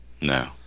No